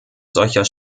solcher